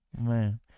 man